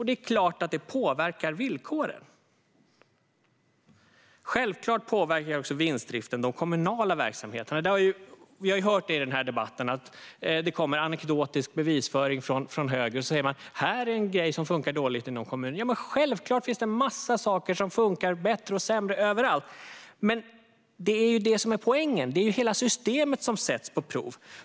Det är klart att det påverkar villkoren. Självklart påverkar också vinstdriften de kommunala verksamheterna. I den här debatten har vi hört anekdotisk bevisföring från höger: Här är det en grej som funkar dåligt inom kommunen! Självklart finns det en massa saker som funkar bättre och sämre överallt, men det är det som är poängen: Det är hela systemet som sätts på prov.